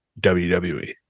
WWE